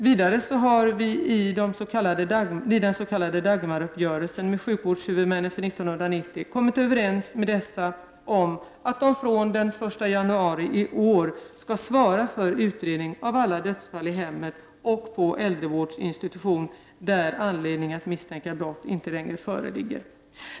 Vidare har vi i den s.k. Dagmaruppgörelsen med sjukvårdshuvudmännen för 1990 kommit överens om att de från den 1 januari skall svara för utredning av alla dödsfall i hemmen och på äldrevårdsinstitutioner där anledning att misstänka brott inte föreligger.